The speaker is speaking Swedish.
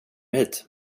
hit